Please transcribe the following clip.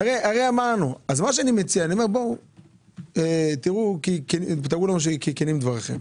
בואו תראו לנו שכנים דבריכם.